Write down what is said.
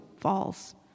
falls